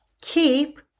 keep